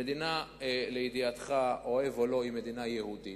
המדינה, לידיעתך, אוהב או לא, היא מדינה יהודית.